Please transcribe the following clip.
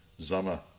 Zama